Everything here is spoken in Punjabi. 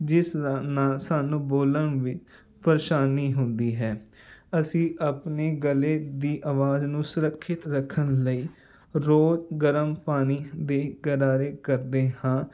ਜਿਸ ਨਾਲ ਸਾਨੂੰ ਬੋਲਣ ਵੀ ਪਰੇਸ਼ਾਨੀ ਹੁੰਦੀ ਹੈ ਅਸੀਂ ਆਪਣੇ ਗਲੇ ਦੀ ਆਵਾਜ਼ ਨੂੰ ਸੁਰੱਖਿਅਤ ਰੱਖਣ ਲਈ ਰੋਜ਼ ਗਰਮ ਪਾਣੀ ਦੇ ਗਰਾਰੇ ਕਰਦੇ ਹਾਂ